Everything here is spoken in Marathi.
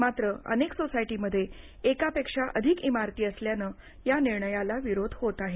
मात्र अनेक सोसायटीमध्ये एकापेक्षा अधिक इमारती असल्यानं या निर्णयाला विरोध होत आहे